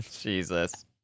Jesus